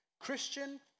Christian